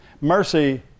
Mercy